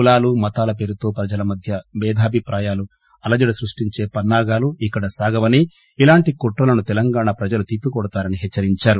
కులాలు మతాల పేరుతో ప్రజల మధ్య భేదాభిప్రాయాలు అలజడి సృష్షించే పన్నాగాలు ఇక్కడ సాగవని ఇలాంటి కుట్రలను తెలంగాణ ప్రజలు తిప్పికోడతారని పాచ్చరించారు